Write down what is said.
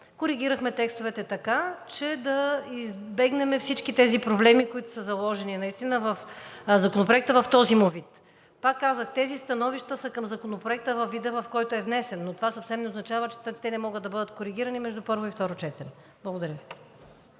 коригирахме текстовете така, че да избегнем всички тези проблеми, които са заложени наистина в Законопроекта в този му вид. Пак казвам, тези становища са към Законопроекта във вида, в който е внесен, но това съвсем не означава, че те не могат да бъдат коригирани между първо и второ четене. Благодаря.